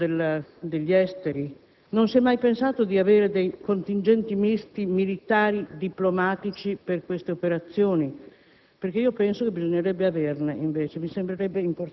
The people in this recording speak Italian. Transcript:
Non è stato coinvolto per niente il Ministero degli esteri? Non si è mai pensato di avere dei contingenti misti, militari-diplomatici, per queste operazioni?